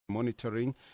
Monitoring